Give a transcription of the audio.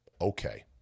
Okay